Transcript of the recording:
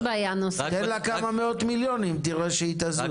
תן לה כמה מאות מיליונים ותראה שהיא תזוז.